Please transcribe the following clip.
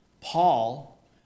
Paul